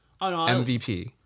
MVP